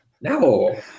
no